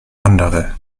andere